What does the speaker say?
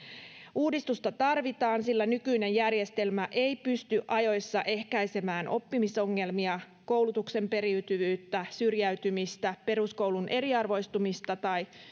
uudistusta tarvitaan sillä nykyinen järjestelmä ei pysty ajoissa ehkäisemään oppimisongelmia koulutuksen periytyvyyttä syrjäytymistä peruskoulun eriarvoistumista tai